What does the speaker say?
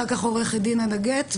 אחר כך עורכת דין עד הגט,